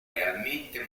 realmente